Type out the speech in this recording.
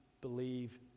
believe